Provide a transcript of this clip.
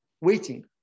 Waiting